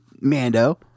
Mando